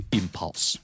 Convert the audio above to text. impulse